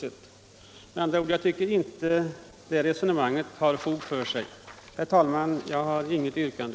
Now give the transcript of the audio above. Med andra ord: jag tycker inte att det resonemanget har fog för sig. Herr talman! Jag har inget yrkande.